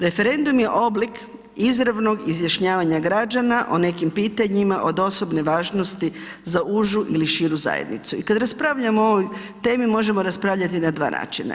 Referendum je oblik izravnog izjašnjavanja građana o nekim pitanje od osobne važnosti za užu ili širu zajednicu i kad raspravljamo o ovoj temi, možemo raspravljati na dva načina.